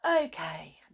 okay